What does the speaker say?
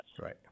Right